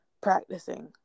practicing